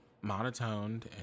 monotoned